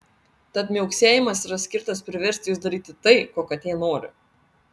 tad miauksėjimas yra skirtas priversti jus daryti tai ko katė nori